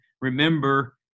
remember